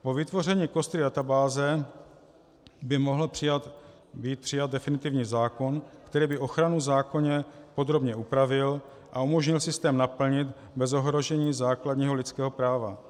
Po vytvoření kostry databáze by mohl být přijat definitivní zákon, který by ochranu v zákoně podrobně upravil a umožnil systém naplnit bez ohrožení základního lidského práva.